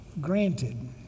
granted